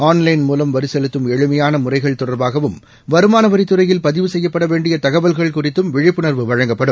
online மூலம் வரிசெலுத்தும் எளிமையானமுறைகள் தொடர்பாகவும் வருமானவரித் துறையில் பதிவு செய்யப்படவேண்டியதகவல்கள் குறித்தும் விழிப்புணர்வு வழங்கப்படும்